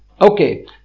okay